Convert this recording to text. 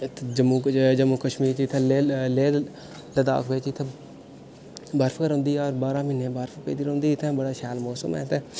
ते जम्मू जम्मू कश्मीर च इत्थै लेह् लेह् लदाख बिच इत्थै बर्फ गै रौंह्दी हर बारां म्हीनें बर्फ गै पेई दी रौंह्दी इत्थै बड़ा शैल मौसम ऐ ते